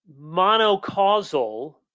monocausal